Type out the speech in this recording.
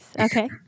Okay